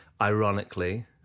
ironically